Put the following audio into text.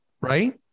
right